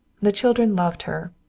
the children loved her.